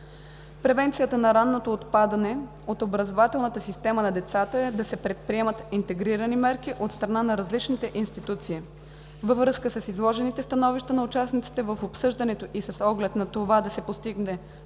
Превенцията на ранното отпадане от образователната система на децата е да се предприемат интегрирани мерки от страна на различните институции. Във връзка с изложените становища на участниците в обсъждането и с оглед на това да се постигне